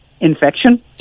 infection